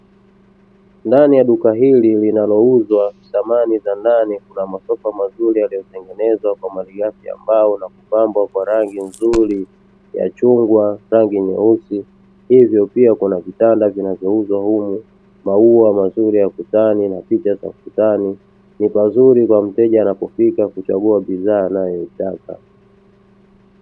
Ndani ya duka linalouzwa samani za masofa mazuri yaliyotengenezwa kwa malighafi ya mbao na kupambwa rangi nzuri ya chungwa, rangi nyeusi, hivyo pia kuna vitanda vinavyouzwa humu ni kwa mteja anayefika na kuchagua bidhaa anayotaka.